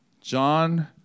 John